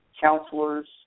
counselors